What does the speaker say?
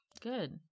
Good